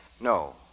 No